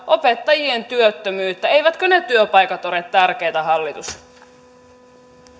opettajien työttömyyttä eivätkö ne työpaikat ole tärkeitä hallitus